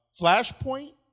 Flashpoint